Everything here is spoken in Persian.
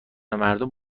مردم